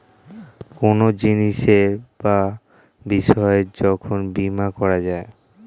কোনো জিনিসের বা বিষয়ের যখন বীমা করা যায়